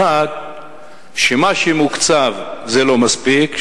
1. שמה שמוקצב זה לא מספיק,